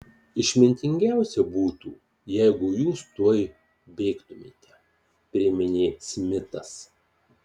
išmintingiausia būtų jeigu jūs tuoj bėgtumėte priminė smitas